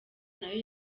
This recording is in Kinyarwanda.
nayo